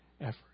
effort